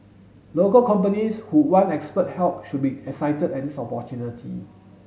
local companies who want expert help should be excited at this opportunity